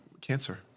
cancer